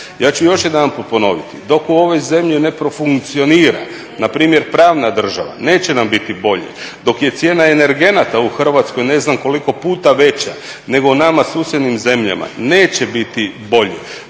Ja ću još jedanput ponoviti, dok u ovoj zemlji ne profunkcionira npr. pravna država, neće nam biti bolje. Dok je cijena energenata u Hrvatskoj ne znam koliko puta veća nego nama susjednim zemljama, neće biti bolje.